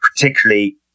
particularly